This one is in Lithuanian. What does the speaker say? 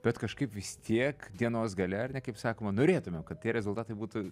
bet kažkaip vis tiek dienos gale ar ne kaip sakoma norėtumėm kad tie rezultatai būtų